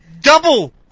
double